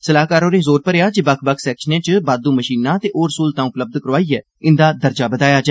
सलाहकार होरे जोर भरेआ जे बक्ख बक्ख सैक्षनें च बाद्दू मषीनां ते होर सुविधां उपलब्ध करोआइयै इंदा दर्जा बधाया जा